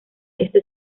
esto